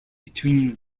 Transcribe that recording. between